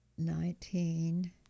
Nineteen